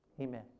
Amen